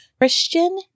Christian